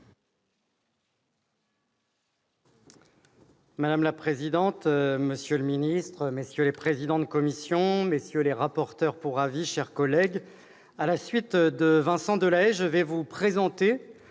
Madame la présidente, monsieur le ministre, messieurs les présidents de commission, messieurs les rapporteurs pour avis, chers collègues, à la suite de Vincent Delahaye, je vais vous présenter